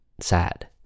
Sad